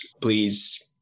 please